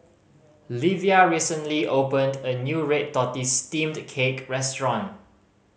Livia recently opened a new red tortoise steamed cake restaurant